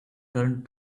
turned